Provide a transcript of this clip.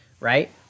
right